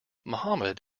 mohammed